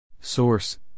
Source